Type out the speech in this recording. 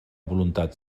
voluntat